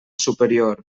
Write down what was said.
superior